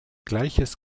gleiches